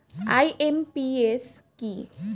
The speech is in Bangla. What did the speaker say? আই.এম.পি.এস কি?